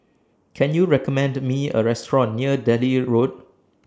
Can YOU recommend Me A Restaurant near Delhi Road